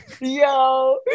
yo